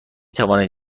توانید